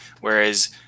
Whereas